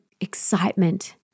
excitement